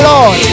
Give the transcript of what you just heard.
Lord